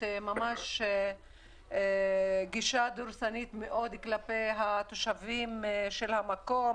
יש גישה דורסנית מאוד כלפי התושבים של המקום,